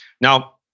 Now